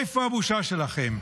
איפה הבושה שלכם?